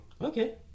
Okay